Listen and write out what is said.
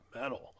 metal